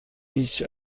هیچ